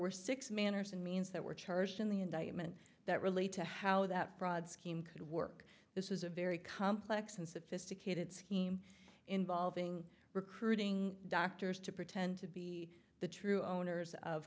were six manners and means that were charged in the indictment that relate to how that fraud scheme could work this is a very complex and sophisticated scheme involving recruiting doctors to pretend to be the true owners of